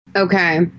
Okay